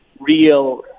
real